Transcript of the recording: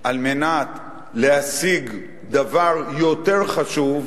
על מנת להשיג דבר יותר חשוב,